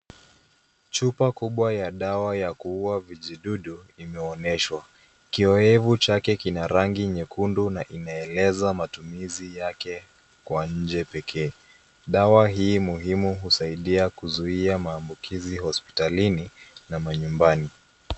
Chupa kubwa ya dawa ya kuua vijidudu imeonyeshwa. Kioevu chake kina rangi nyekundu inaeleza matumizi yake kwa nje pekee. Dawa hii muhimu husaidia kuzuia mambukizi hospitalini na manyumbani.